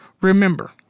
remember